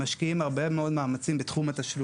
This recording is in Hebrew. יושבת-ראש רשות ניירות ערך,